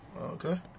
Okay